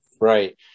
Right